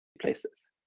places